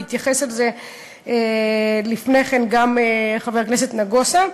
התייחס לזה לפני כן גם חבר הכנסת נגוסה.